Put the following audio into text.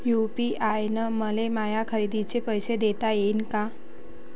UPI न मले माया खरेदीचे पैसे देता येईन का?